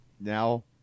now